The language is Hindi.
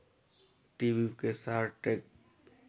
टी वी के सारे टेक